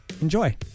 enjoy